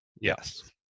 yes